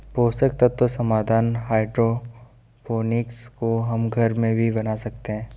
पोषक तत्व समाधान हाइड्रोपोनिक्स को हम घर में भी बना सकते हैं